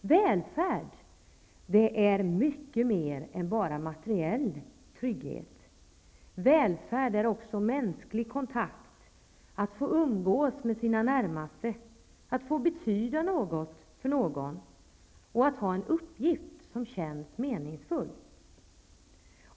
Välfärd är mycket mer än bara materiell trygghet. Välfärd är också mänsklig kontakt, att få umgås med sina närmaste, att få betyda något för någon, att ha en uppgift som känns meningsfull.